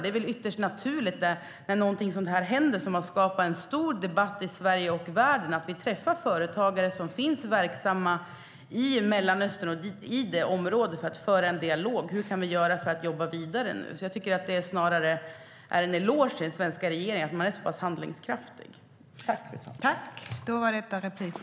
Det är väl ytterst naturligt när något sådant här händer som har skapat en stor debatt i Sverige och världen att vi träffar företagare som finns verksamma i Mellanösternområdet för att föra en dialog och se hur vi kan jobba vidare.